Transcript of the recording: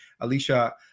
Alicia